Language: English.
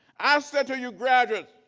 i say to you graduates,